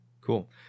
Cool